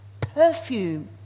perfume